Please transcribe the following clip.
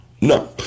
no